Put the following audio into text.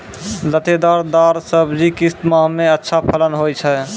लतेदार दार सब्जी किस माह मे अच्छा फलन होय छै?